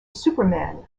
superman